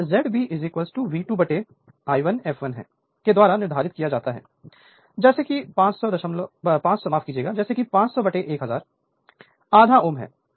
तो यहZB V2I2 fl के द्वारा निर्धारित किया जाता है जैसे कि 5001000 आधा Ω है